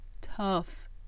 tough